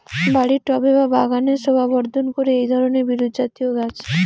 বাড়ির টবে বা বাগানের শোভাবর্ধন করে এই ধরণের বিরুৎজাতীয় গাছ